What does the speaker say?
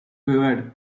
quivered